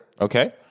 Okay